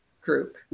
group